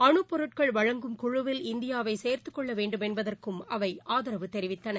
அனுபொருட்கள் வழங்கும் குழுவில் இந்தியாவைசேர்துக்கொள்ளவேண்டும் என்பதற்கும் அவைஆதரவு தெரிவித்தன